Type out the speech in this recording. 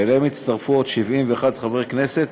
ואליהם הצטרפו עוד 71 חברי הכנסת,